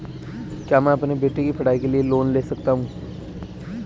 क्या मैं अपने बेटे की पढ़ाई के लिए लोंन ले सकता हूं?